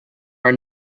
are